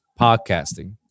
podcasting